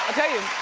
tell you,